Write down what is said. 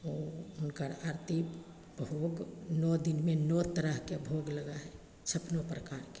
हुनकर आरती भोग नओ दिनमे नओ तरहके भोग लगै हइ छप्पनो प्रकारके